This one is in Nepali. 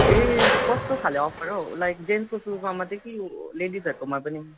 ए कस्तो खाले अफर हौ लाइक जेन्सको सुजमा मात्रै कि लेडिजहरूकोमा पनि